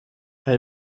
hij